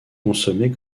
consommées